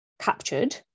captured